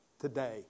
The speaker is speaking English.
Today